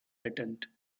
patent